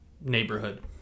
neighborhood